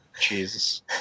Jesus